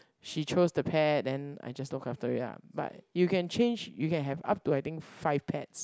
she chose the pet then I just look after it ah but you can change you can have up to I think five pets